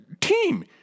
team